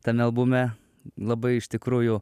tame albume labai iš tikrųjų